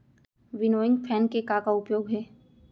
Winnowing fan के का का उपयोग हे?